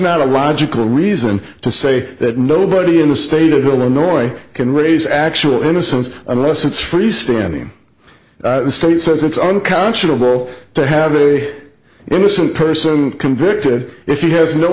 not a logical reason to say that nobody in the state of illinois can raise actual innocence unless it's freestanding the state says it's unconscionable to have the innocent person convicted if you has no